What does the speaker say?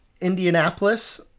Indianapolis